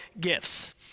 gifts